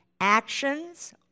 actions